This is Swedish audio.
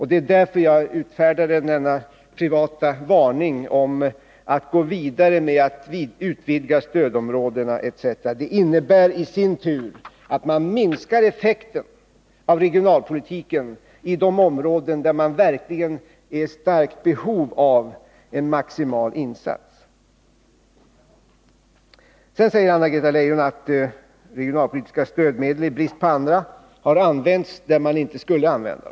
Det var därför jag utfärdade denna privata varning för att gå vidare med att utvidga stödområdena etc. Det skulle i sin tur innebära att man minskade effekterna av regionalpolitiken i de områden där det verkligen finns ett starkt behov av en maximal insats. Sedan säger Anna-Greta Leijon att regionalpolitiska stödmedel i brist på andra har använts där de inte skulle ha använts.